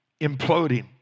Imploding